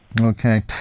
Okay